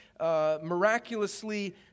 miraculously